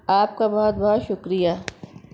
آپ کا بہت بہت شکریہ